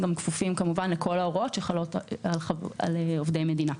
הם כפופים לכל ההוראות שחלות על עובדי מדינה.